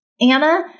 Anna